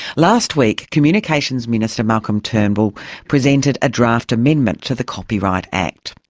last week, communications minister malcolm turnbull presented a draft amendment to the copyright act.